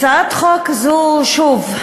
הצעת חוק זו, שוב,